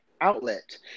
outlet